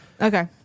okay